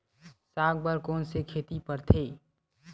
साग बर कोन से खेती परथे?